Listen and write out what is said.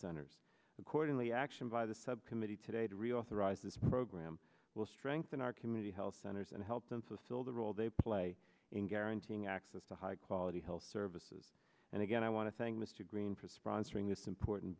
centers accordingly action by the subcommittee today to reauthorize this program will strengthen our community health centers and help them so still the role they play in guaranteeing access to high quality health services and again i want to thank mr green for sponsoring this important